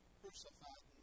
crucified